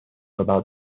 about